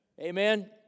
Amen